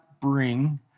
bring